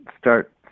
start